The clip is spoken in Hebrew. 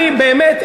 אני באמת,